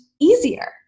easier